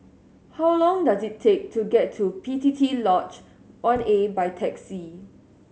how long does it take to get to P P T Lodge One A by taxi